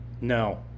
No